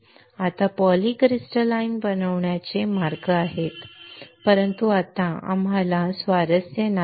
आता पॉलीक्रिस्टलाइन बनवण्याचे मार्ग आहेत परंतु आत्ता आम्हाला स्वारस्य नाही